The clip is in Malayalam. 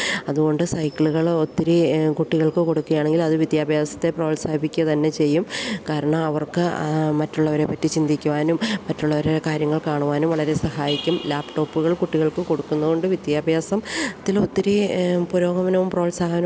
അതുകൊണ്ടു സൈക്കിളുകള് ഒത്തിരി കുട്ടികൾക്കു കൊടുക്കുകയാണെങ്കിൽ അതു വിദ്യാഭ്യാസത്തെ പ്രോത്സാഹിപ്പിക്കുക തന്നെ ചെയ്യും കാരണം അവർക്ക് മറ്റുള്ളവരെപ്പറ്റി ചിന്തിക്കുവാനും മറ്റുള്ളവരുടെ കാര്യങ്ങൾ കാണുവാനും വളരെ സഹായിക്കും ലാപ്ടോപ്പുകൾ കുട്ടികൾക്കു കൊടുക്കുന്നതുകൊണ്ടു വിദ്യാഭ്യാസ ത്തിലൊത്തിരി പുരോഗമനവും പ്രോത്സാഹനവും ഉണ്ടാവും